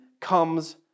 comes